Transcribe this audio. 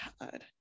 God